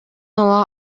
ала